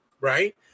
Right